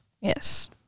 Yes